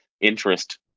interest